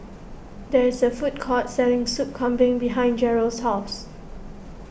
there is a food court selling Sup Kambing behind Jerrel's house